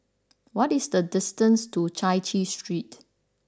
what is the distance to Chai Chee Street